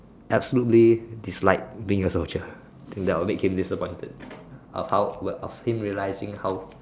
absolutely dislike being a soldier I think that will make him disappointed of how of him realizing how